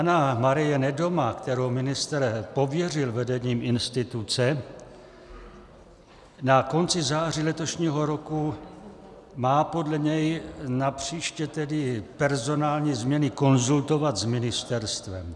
AnnaMarie Nedoma, kterou ministr pověřil vedením instituce na konci září letošního roku, má podle něj napříště tedy personální změny konzultovat s ministerstvem.